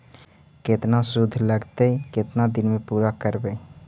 केतना शुद्ध लगतै केतना दिन में पुरा करबैय?